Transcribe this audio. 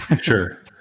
Sure